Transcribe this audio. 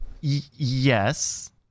Yes